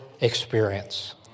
experience